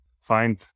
find